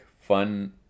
fun